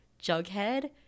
Jughead